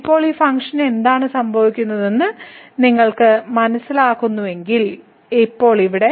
ഇപ്പോൾ ഈ ഫംഗ്ഷന് എന്താണ് സംഭവിക്കുന്നതെന്ന് നിങ്ങൾ മനസ്സിലാക്കുന്നുവെങ്കിൽ ഇപ്പോൾ ഇവിടെ